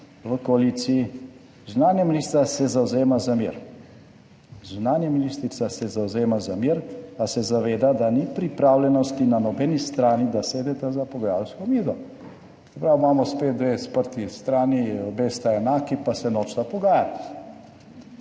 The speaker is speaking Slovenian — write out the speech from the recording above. za mir, zunanja ministrica se zavzema za mir, a se zaveda, da ni pripravljenosti na nobeni strani, da sedeta za pogajalsko mizo. Se pravi, imamo spet 2 sprti strani, obe sta enaki, pa se nočeta pogajati.